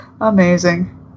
Amazing